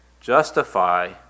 justify